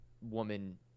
woman